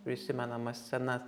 prisimenamas scenas